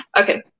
Okay